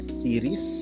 series